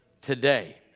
today